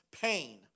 pain